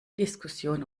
diskussion